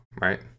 right